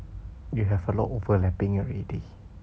you have a lot overlapping already